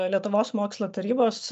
lietuvos mokslo tarybos